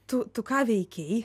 tu tu ką veikei